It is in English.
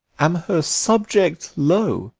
am her subject low.